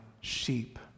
sheep